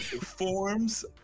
forms